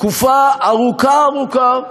תקופה ארוכה ארוכה,